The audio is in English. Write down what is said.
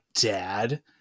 dad